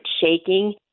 shaking